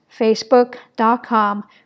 facebook.com